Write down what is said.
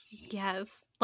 yes